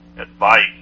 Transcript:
advice